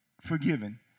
Forgiven